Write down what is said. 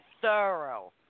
thorough